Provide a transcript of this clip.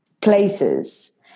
places